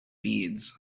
beads